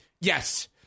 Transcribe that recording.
yes